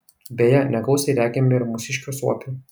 beje negausiai regime ir mūsiškių suopių